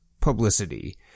publicity